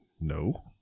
no